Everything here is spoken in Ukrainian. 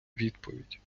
відповідь